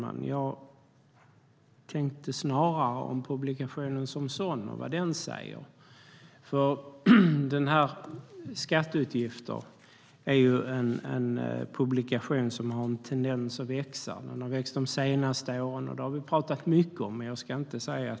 Snarare tänkte jag på vad publikationen som sådan säger. Detta med skatteutgifter är ju en publikation som har en tendens att växa. Den har växt under de senaste åren, och det har vi pratat mycket om.